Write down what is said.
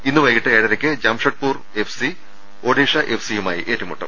ഇന്ന് വൈകിട്ട് ഏഴരയ്ക്ക് Jamshedpur F C Odisha F സിയുമായി ഏറ്റുമുട്ടും